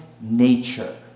nature